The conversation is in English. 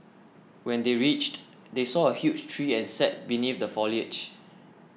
when they reached they saw a huge tree and sat beneath the foliage